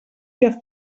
que